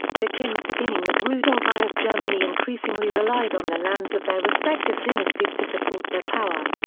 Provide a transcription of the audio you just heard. the kings beginning with rudolf i of germany increasingly relied on the lands of their respective dynasties to support their power.